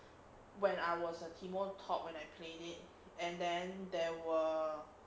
when I was a teemo top when I played it and then there were